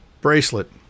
bracelet